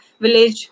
village